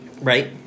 Right